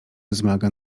wzmaga